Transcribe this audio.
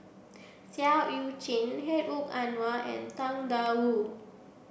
Seah Eu Chin Hedwig Anuar and Tang Da Wu